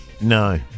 No